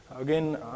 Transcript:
Again